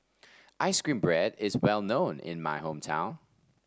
ice cream bread is well known in my hometown